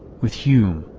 with hume,